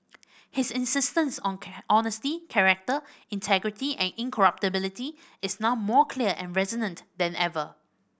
his insistence on on honesty character integrity and incorruptibility is now more clear and resonant than ever